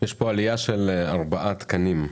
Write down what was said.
יש כאן עלייה של ארבעה תקנים.